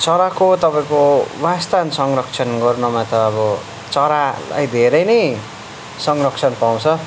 चराको तपाईँको वासस्थान संरक्षण गर्नमा त अब चरालाई धेरै नै संरक्षण पाउँछ